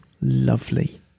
lovely